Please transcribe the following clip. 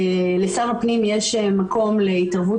לשר הפנים יש מקום להתערבות